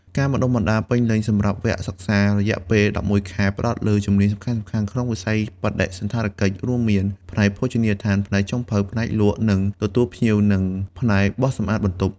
ការបណ្តុះបណ្តាលពេញលេញ សម្រាប់វគ្គសិក្សារយៈពេល ១១ ខែ ផ្តោតលើជំនាញសំខាន់ៗក្នុងវិស័យបដិសណ្ឋារកិច្ច រួមមាន ផ្នែកភោជនីយដ្ឋាន ផ្នែកចុងភៅ ផ្នែកលក់ និងទទួលភ្ញៀវ និងផ្នែកបោសសម្អាតបន្ទប់។